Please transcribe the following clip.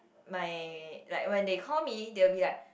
my like when they call me they will be like